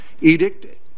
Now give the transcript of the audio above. edict